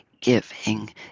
giving